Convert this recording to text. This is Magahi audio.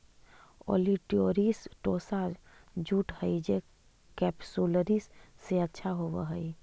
ओलिटोरियस टोसा जूट हई जे केपसुलरिस से अच्छा होवऽ हई